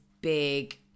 big